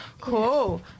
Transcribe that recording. Cool